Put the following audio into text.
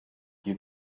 you